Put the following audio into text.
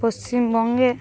পশ্চিমবঙ্গে